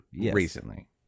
recently